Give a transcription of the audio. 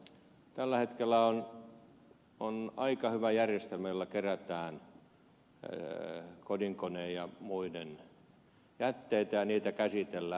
tällä hetkellä on aika hyvä järjestelmä jolla kerätään kodinkone ja muita jätteitä ja niitä käsitellään